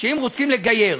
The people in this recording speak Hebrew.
שאם רוצים לגייר,